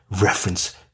reference